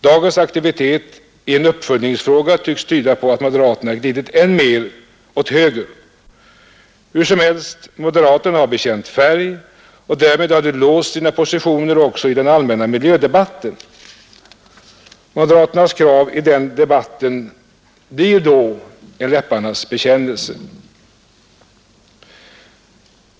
Dagens aktivitet i en uppföljningsfråga tycks tyda på att moderaterna har glidit mer till höger. Hur som helst — moderaterna har bekänt färg, och därmed har de låst sina positioner också i den allmänna miljödebatten. Moderaternas krav i den debatten blir då en läpparnas bekännelse.